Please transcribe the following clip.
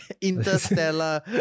Interstellar